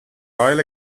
royal